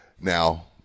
Now